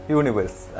universe